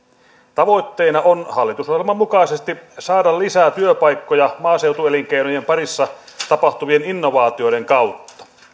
tavoitteena on hallitusohjelman mukaisesti saada lisää työpaikkoja maaseutuelinkeinojen parissa tapahtuvien innovaatioiden kautta